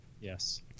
Yes